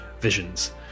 visions